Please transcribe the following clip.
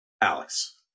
Alex